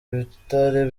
bitare